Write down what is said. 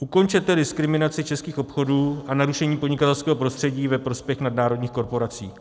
Ukončete diskriminaci českých obchodů a narušení podnikatelského prostředí ve prospěch nadnárodních korporací.